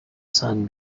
sun